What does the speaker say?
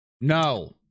No